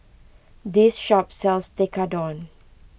this shop sells Tekkadon